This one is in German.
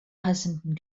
passenden